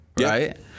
right